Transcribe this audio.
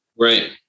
Right